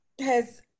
has-